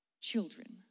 children